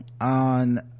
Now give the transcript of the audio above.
on